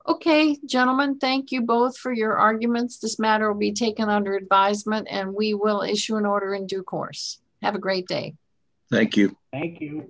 ok gentleman thank you both for your arguments this matter will be taken under advisement and we will issue an order and your course have a great day thank you thank you